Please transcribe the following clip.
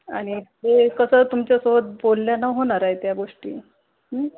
आणि ते कसं तुमच्यासोबत बोलल्यानं होणार आहेत त्या गोष्टी